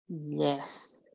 Yes